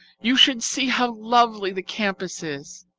you should see how lovely the campus is.